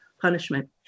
punishment